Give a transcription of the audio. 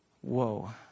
Whoa